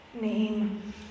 name